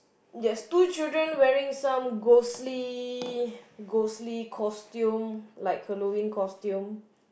there's two children wearing some ghostly ghostly costume like Halloween costume